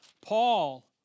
Paul